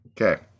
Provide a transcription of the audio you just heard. Okay